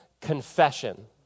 confession